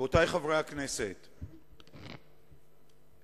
השר הציע להעביר את הנושא לוועדה.